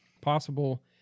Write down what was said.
Possible